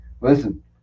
listen